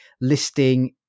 listing